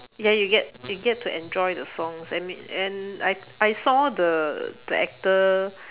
ya you get you get to enjoy the songs I mean and I I saw the the actor